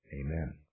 Amen